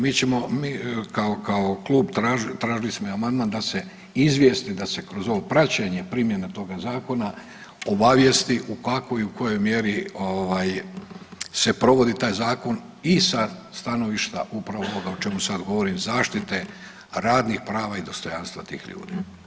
Mi ćemo kao klub tražili smo i amandman da se izvijeste, da se kroz ovo praćenje primjene toga zakona obavijesti u kakvoj i u kojoj mjeri ovaj se provodi taj zakon i sa stanovišta upravo ovoga o čemu sad govorim zaštite radnih prava i dostojanstva tih ljudi.